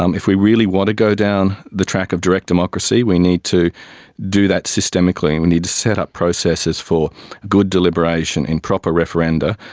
um if we really want to go down the track of direct democracy we need to do that systemically and we need to set up processes for good deliberation in proper referenda,